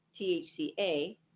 THCA